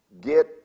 Get